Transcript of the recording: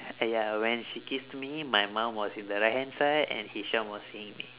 and uh when she kissed me my mum was in the right hand side and hisham was seeing me